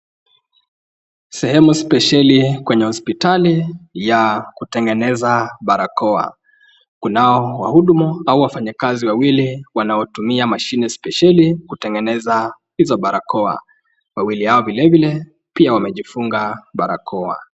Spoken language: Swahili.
Sehemu spesheli kwenye hospitali ya kutengeneza barakoa. Kunao wahudumu au wafanyakazi wawili wanaotumia mashine spesheli kutengeneza hizo barakoa. Wawili hawa vilevile pia wamejifunga barakoa